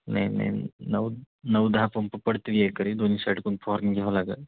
नाही नाही नऊ नऊ दहा पंप पडतील एकरी दोन्ही साईडकडून फवारून घ्यावं लागेल